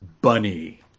Bunny